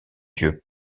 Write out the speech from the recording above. dieu